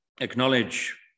acknowledge